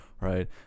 right